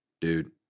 dude